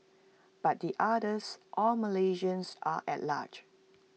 but the others all Malaysians are at large